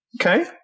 Okay